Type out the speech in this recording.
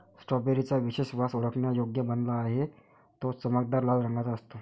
strawberry चा विशेष वास ओळखण्यायोग्य बनला आहे, तो चमकदार लाल रंगाचा असतो